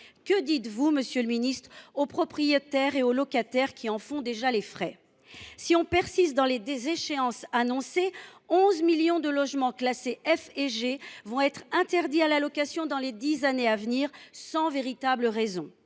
Que dites vous, monsieur le ministre, aux propriétaires et aux locataires qui en font d’ores et déjà les frais ? Si l’on persiste dans les échéances annoncées, 11 millions de logements classés F et G vont être interdits à la location dans les dix années à venir, sans véritable raison.